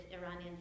Iranian